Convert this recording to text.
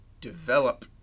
develop